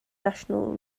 national